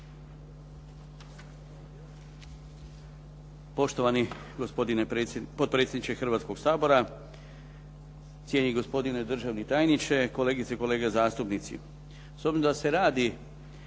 Poštovani gospodine potpredsjedniče Hrvatskog sabora, cijenjeni gospodine državni tajniče, kolegice i kolege zastupnici. S obzirom da se radi